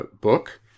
book